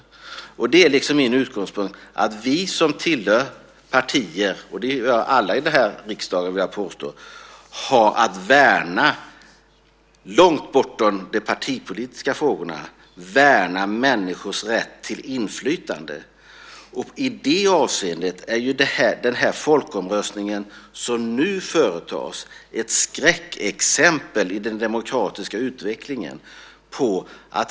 Min utgångspunkt är att vi som tillhör partier, och det gör alla i den här riksdagen vill jag påstå, har att långt bortom de partipolitiska frågorna värna människors rätt till inflytande. I det avseendet är den folkomröstning som nu ska företas ett skräckexempel på den demokratiska utvecklingen.